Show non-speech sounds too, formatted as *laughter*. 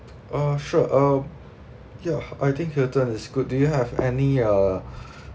uh sure uh ya I think Hilton is good do you have any uh *breath*